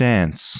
Dance